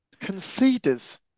conceders